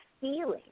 feeling